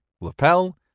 lapel